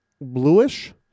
bluish